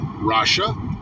russia